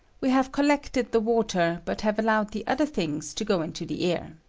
we have collected the water, but have allowed the other things to go into the air.